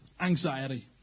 Anxiety